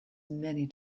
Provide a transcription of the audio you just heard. many